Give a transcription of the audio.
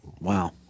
Wow